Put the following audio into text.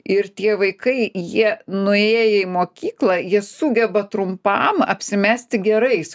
ir tie vaikai jie nuėję į mokyklą jie sugeba trumpam apsimesti gerais